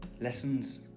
Lessons